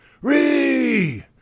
re